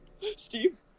steve